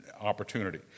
opportunity